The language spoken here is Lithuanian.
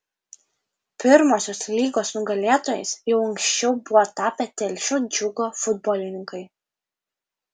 pirmosios lygos nugalėtojais jau anksčiau buvo tapę telšių džiugo futbolininkai